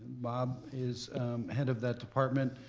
bob is head of that department.